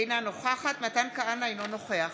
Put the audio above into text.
אינה נוכחת מתן כהנא, אינו נוכח